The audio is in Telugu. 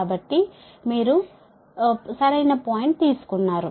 కాబట్టి మీరు సరైన పాయింట్ తీసుకున్నారు